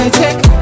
take